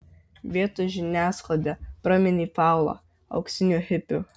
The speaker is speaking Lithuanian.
vietos žiniasklaida praminė paulą auksiniu hipiu